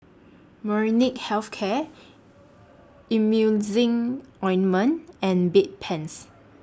Molnylcke Health Care Emulsying Ointment and Bedpans